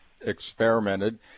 experimented